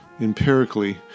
Empirically